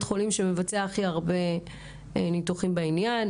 החולים שמבצע הכי הרבה ניתוחים כאלה.